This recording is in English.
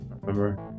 Remember